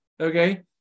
okay